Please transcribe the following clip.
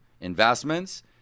investments